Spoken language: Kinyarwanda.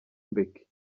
mbeki